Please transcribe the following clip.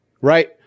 Right